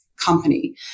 company